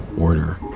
order